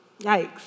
Yikes